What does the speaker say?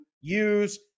use